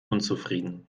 unzufrieden